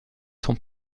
son